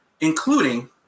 including